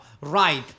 right